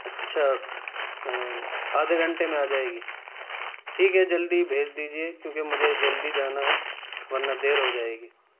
اچھا آدھے گھنٹے میں آ جائے گی ٹھیک ہے جلدی بھیج دیجیے کیونکہ مجھے جلدی جانا ہے ورنہ دیر ہو جائے گی